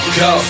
go